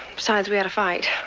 besides, we had a fight.